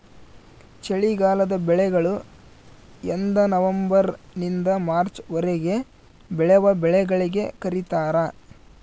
ಚಳಿಗಾಲದ ಬೆಳೆಗಳು ಎಂದನವಂಬರ್ ನಿಂದ ಮಾರ್ಚ್ ವರೆಗೆ ಬೆಳೆವ ಬೆಳೆಗಳಿಗೆ ಕರೀತಾರ